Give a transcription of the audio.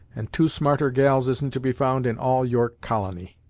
and two smarter gals isn't to be found in all york colony!